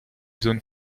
zones